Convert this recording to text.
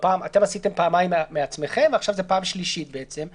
אתם עשיתם פעמיים מעצמכם ועכשיו זו פעם שלישית בעצם,